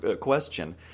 question